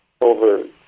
over